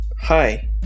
Hi